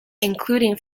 including